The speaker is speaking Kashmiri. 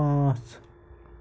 پانٛژھ